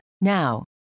Now